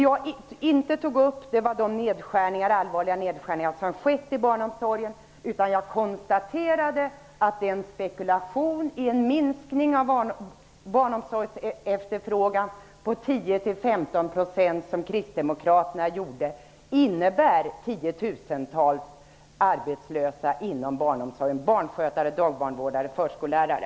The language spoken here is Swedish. Jag berörde inte de allvarliga nedskärningar som har skett inom barnomsorgen, utan jag konstaterade att den spekulation i en minskning av barnomsorgsefterfrågan på 10--15 % som kristdemokraterna gjorde innebär tiotusentals arbetslösa inom barnomsorgen -- barnskötare, dagbarnvårdare och förskollärare.